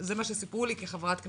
זה מה שסיפרו לי כחברת כנסת.